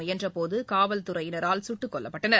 முயன்றபோது காவல்துறையினரால் சுட்டு கொல்லப்பட்டனர்